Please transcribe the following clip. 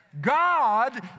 God